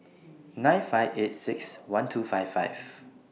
nine five eight six one two five five